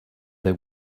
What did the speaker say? they